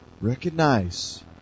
recognize